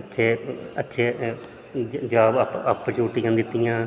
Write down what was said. अच्छे अच्छे जाॅब आप अपाॅर्चुनिटियां दित्तियां